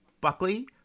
Buckley